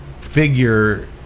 figure